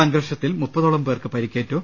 സംഘർഷത്തിൽ മുപ്പതോളം പേർക്ക് പരിക്കേറ്റു